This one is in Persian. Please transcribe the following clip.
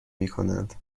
میکنند